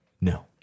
no